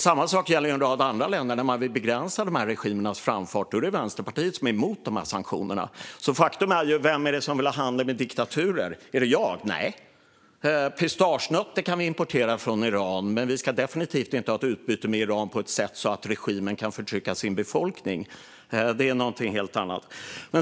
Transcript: Samma sak gäller en rad andra länder där man vill begränsa regimernas framfart. Då är det Vänsterpartiet som är emot sanktioner. Så vem är det egentligen som vill ha handel med diktaturer? Är det jag? Nej. Vi kan importera pistaschnötter från Iran, men vi ska definitivt inte ha ett utbyte med Iran på ett sätt som gör att regimen kan förtrycka sin befolkning. Det är något helt annat.